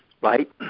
right